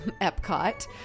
Epcot